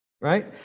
right